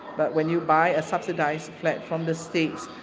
but when you buy a subsidised flat from the state,